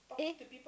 eh